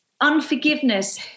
Unforgiveness